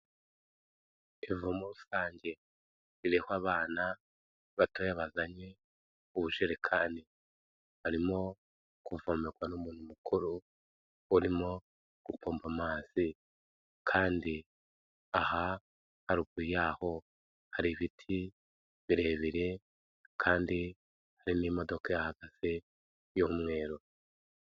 Ivomo rusange, ririho abana batoya bazanye ubujerekani. Barimo kuvomerwa n'umuntu mukuru, urimo gupompa amazi, kandi aha haruguru yaho, hari ibiti birebire kandi harimo imodoka ihahagaze y'umweru.